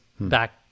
Back